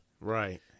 Right